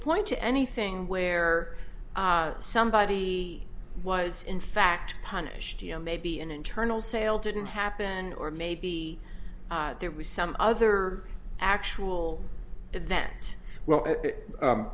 point to anything where somebody was in fact punished you know maybe an internal sale didn't happen or maybe there was some other actual event well